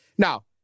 Now